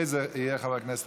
נכשלתי.